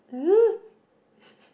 mm